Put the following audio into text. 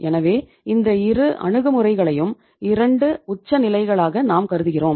எனவே இந்த 2 அணுகுமுறைகளையும் 2 உச்சநிலைகளாக நாம் கருதுகிறோம்